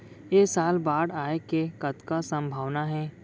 ऐ साल बाढ़ आय के कतका संभावना हे?